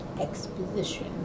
Exposition